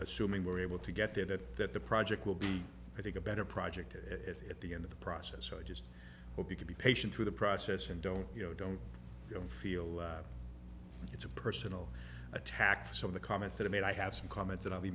assuming we're able to get there that that the project will be i think a better project at the end of the process so i just hope you can be patient through the process and don't you know don't i don't feel it's a personal attack so the comments that i made i have some comments that i'll be